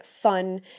fun